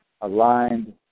aligned